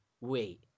wait